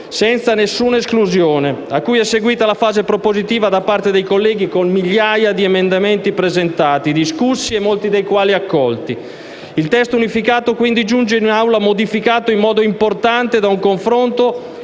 senza alcuna esclusione, a cui è seguita la fase propositiva da parte dei colleghi con migliaia di emendamenti presentati, discussi e molti dei quali accolti. Il testo unificato, quindi, giunge in Aula modificato in modo importante da un confronto,